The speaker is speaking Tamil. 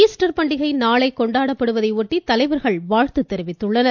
ஈஸ்டர் பண்டிகை நாளை கொண்டாடப்படுவதையொட்டி தலைவர்கள் வாழ்த்து தெரிவித்துள்ளனர்